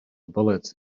bullets